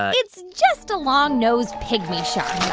it's just a longnose pygmy shark